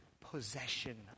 possession